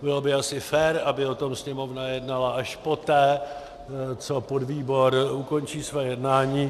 Bylo by asi fér, aby o tom Sněmovna jednala až poté, co podvýbor ukončí své jednání.